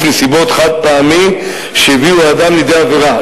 נסיבות חד-פעמי שהביא אדם לידי עבירה.